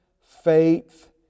faith